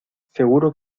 seguro